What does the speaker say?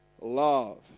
love